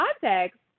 context